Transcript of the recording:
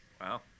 Wow